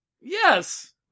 yes